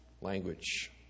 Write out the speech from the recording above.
language